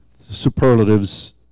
superlatives